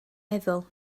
meddwl